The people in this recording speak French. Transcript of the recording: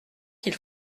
qu’il